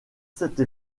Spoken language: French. cette